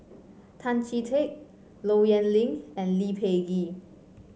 Tan Chee Teck Low Yen Ling and Lee Peh Gee